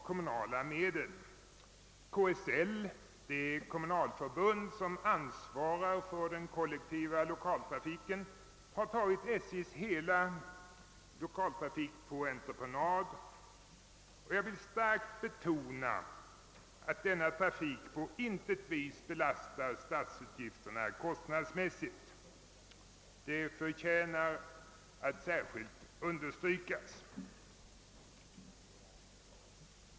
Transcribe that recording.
KSL, det kommunalförbund som ansvarar för den kollektiva lokaltrafiken, har tagit SJ:s hela lokaltrafik på entreprenad. Jag vill starkt betona att denna trafik på intet sätt belastar statsutgifterna — det förtjänar att särskilt understrykas.